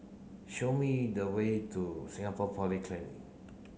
show me the way to Singapore Polytechnic